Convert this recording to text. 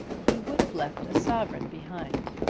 he would have left a sovereign behind